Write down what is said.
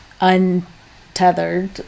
untethered